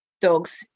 dogs